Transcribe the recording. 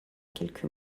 quelques